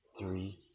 three